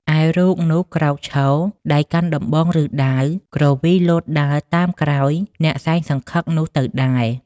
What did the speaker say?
ឯរូបនោះ ក្រោកឈរ ដៃកាន់ដំបង ឬ ដាវ គ្រវីលោតដើរតាមក្រោយអ្នកសែងសង្ឃឹកនោះទៅដែរ ។